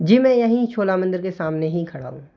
जी मैं यहीं छोला मंदिर के सामने ही खड़ा हूँ